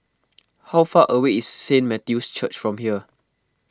how far away is Saint Matthew's Church from here